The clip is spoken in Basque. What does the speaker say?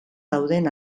dauden